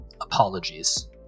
Apologies